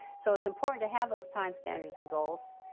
so it's important to have those time standards and goals.